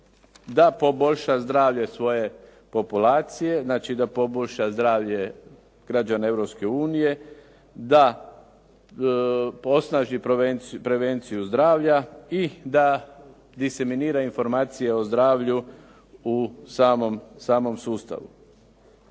da poboljša zdravlje svoje populacije, znači da poboljša zdravlje građana Europske unije, da posnaži prevenciju zdravlja i da disiminira informacije o zdravlju u samom sustavu.